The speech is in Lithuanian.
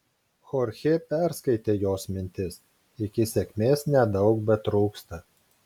chorchė perskaitė jos mintis iki sėkmės nedaug betrūksta